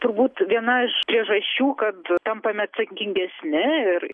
turbūt viena iš priežasčių kad tampame atsakingesni ir